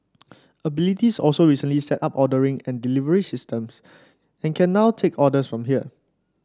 abilities also recently set up ordering and delivery systems and can now take orders from here